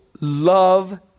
love